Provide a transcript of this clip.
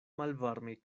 malvarme